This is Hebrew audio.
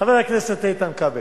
חבר הכנסת איתן כבל,